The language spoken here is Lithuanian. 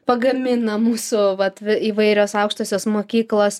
pagamina mūsų vat įvairios aukštosios mokyklos